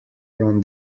run